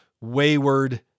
wayward